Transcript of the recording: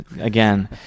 again